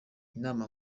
inama